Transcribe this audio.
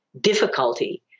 difficulty